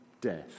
death